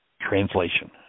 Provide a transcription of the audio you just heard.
translation